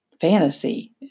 fantasy